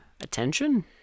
attention